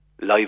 live